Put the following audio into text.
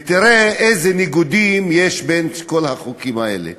תראה איזה ניגודים יש בין כל החוקים האלה.